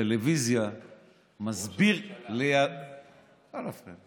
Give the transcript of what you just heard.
בטלוויזיה מסביר, ראש הממשלה.